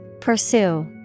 Pursue